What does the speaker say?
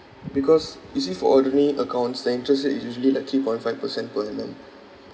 because you see for ordinary accounts the interest rate is usually like three point five percent per annum